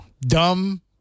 dumb